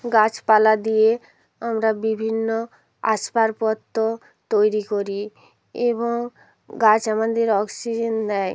গাছপালা দিয়ে আমরা বিভিন্ন আসবাবপত্র তৈরি করি এবং গাছ আমাদের অক্সিজেন দেয়